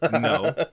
No